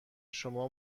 شما